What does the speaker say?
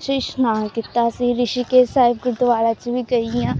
'ਚ ਇਸ਼ਨਾਨ ਕੀਤਾ ਸੀ ਰਿਸ਼ੀਕੇਸ਼ ਸਾਹਿਬ ਗੁਰਦੁਆਰਾ 'ਚ ਵੀ ਗਈ ਹਾਂ